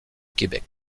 québec